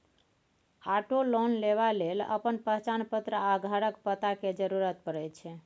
auto loan लेबा लेल अपन पहचान पत्र आ घरक पता केर जरुरत परै छै